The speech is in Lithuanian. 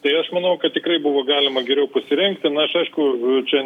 tai aš manau kad tikrai buvo galima geriau pasirengti na aš aišku čia